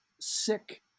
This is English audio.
sick